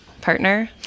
partner